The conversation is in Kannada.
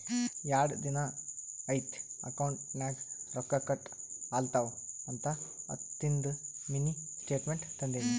ಯಾಡ್ ದಿನಾ ಐಯ್ತ್ ಅಕೌಂಟ್ ನಾಗ್ ರೊಕ್ಕಾ ಕಟ್ ಆಲತವ್ ಅಂತ ಹತ್ತದಿಂದು ಮಿನಿ ಸ್ಟೇಟ್ಮೆಂಟ್ ತಂದಿನಿ